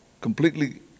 completely